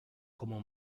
como